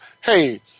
hey